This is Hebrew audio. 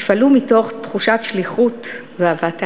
פעלו מתוך תחושת שליחות ואהבת האדם.